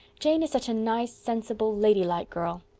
jane is such a nice, sensible, lady-like girl.